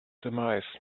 demise